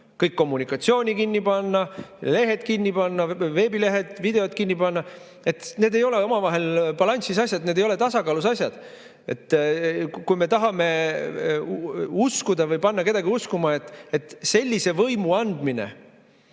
kõik kommunikatsiooni[kanalid] kinni panna, lehed kinni panna, veebilehed, videod kinni panna. Need ei ole omavahel balansis asjad. Need ei ole tasakaalus asjad! Kui me tahame uskuda või panna kedagi uskuma, et sellise võimu andmine